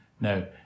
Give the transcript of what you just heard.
No